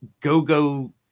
Go-Go